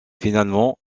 finalement